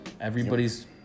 Everybody's